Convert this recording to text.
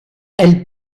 elle